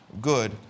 good